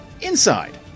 inside